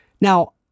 Now